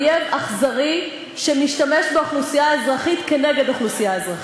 אויב אכזרי שמשתמש באוכלוסייה אזרחית נגד אוכלוסייה אזרחית.